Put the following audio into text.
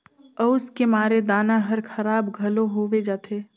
अउस के मारे दाना हर खराब घलो होवे जाथे